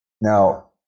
Now